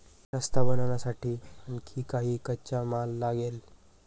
रस्ता बनवण्यासाठी आणखी काही कच्चा माल लागेल